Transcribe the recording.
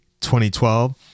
2012